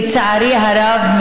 לצערי הרב,